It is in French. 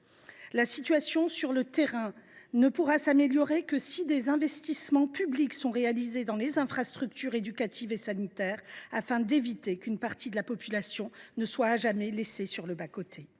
La situation sur le terrain ne pourra s’améliorer que si des investissements publics sont consentis pour les infrastructures éducatives et sanitaires, afin d’éviter qu’une partie de la population soit à jamais laissée sur le bas côté.